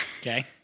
Okay